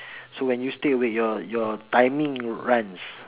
so when you stay awake your your timing runs